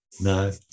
No